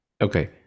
Okay